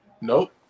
Nope